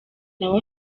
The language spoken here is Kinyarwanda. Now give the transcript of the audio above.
nawe